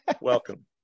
welcome